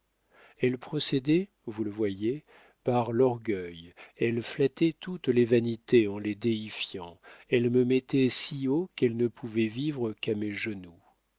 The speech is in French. elle procédait vous le voyez par l'orgueil elle flattait toutes les vanités en les déifiant elle me mettait si haut qu'elle ne pouvait vivre qu'à mes genoux